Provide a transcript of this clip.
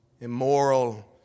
Immoral